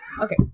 Okay